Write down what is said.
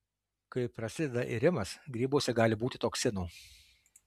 kai prasideda irimas grybuose gali būti toksinų